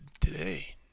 today